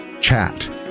chat